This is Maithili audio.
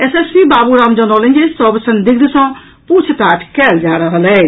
एसएसपी बाबू राम जनौलनि जे सभ संदिग्ध सँ पूछताछ कयल जा रहल अछि